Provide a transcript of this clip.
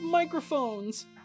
Microphones